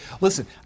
Listen